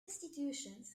institutions